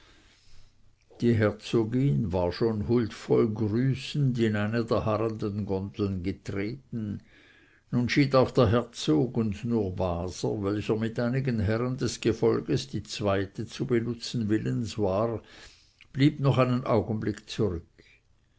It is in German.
die herzogin war schon huldvoll grüßend in eine der harrenden gondeln getreten nun schied auch der herzog und nur waser welcher mit einigen herren des gefolges die zweite zu benutzen willens war blieb noch einen augenblick zurück